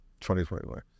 2021